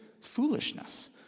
foolishness